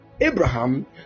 Abraham